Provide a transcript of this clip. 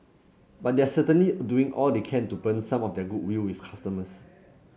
but they're certainly doing all they can to burn some of their goodwill with customers